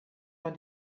man